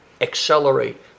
accelerate